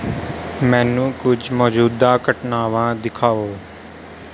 ਮੈਨੂੰ ਕੁਝ ਮੌਜੂਦਾ ਘਟਨਾਵਾਂ ਦਿਖਾਓ